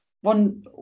one